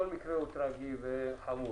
כל מקרה הוא טרגי וחמור,